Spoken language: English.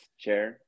chair